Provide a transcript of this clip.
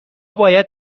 باید